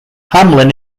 hamlin